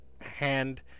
hand